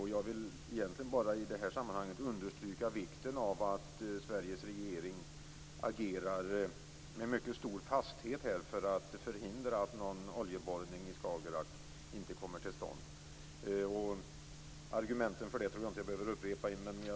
Egentligen vill jag i detta sammanhang bara understryka vikten av att Sveriges regering agerar med stor fasthet här för att förhindra att oljeborrning i Skagerrak kommer till stånd. Jag tror inte att jag behöver upprepa argumenten för detta.